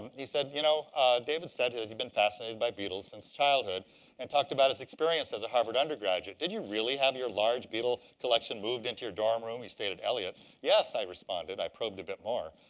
he said, you know david said that he'd been fascinated by beetles since childhood and talked about his experience as a harvard undergraduate. did you really have your large beetle collection moved into your dorm room he stayed at elliott. yes, i responded i probed a bit more.